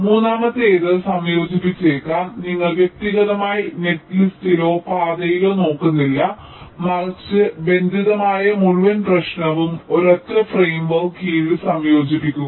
മൂന്നാമത്തേത് സംയോജിപ്പിച്ചേക്കാം നിങ്ങൾ വ്യക്തിഗതമായി നെറ്സ്സിലോ പാതയിലോ നോക്കുന്നില്ല മറിച്ച് ബന്ധിതമായ മുഴുവൻ പ്രശ്നവും ഒരൊറ്റ ഫ്രെയിംവർക്ന് കീഴിൽ സംയോജിപ്പിക്കുക